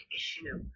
issue